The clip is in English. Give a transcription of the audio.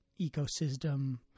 ecosystem